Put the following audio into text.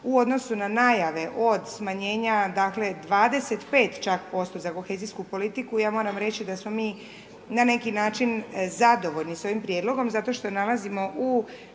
u odnosu na najave od smanjenja dakle 25 čak posto za kohezijsku politiku, ja moram reći da smo mi na neki način zadovoljni s ovim prijedlogom zato što nalazimo u